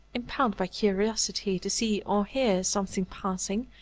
impelled by curiosity to see or hear something passing,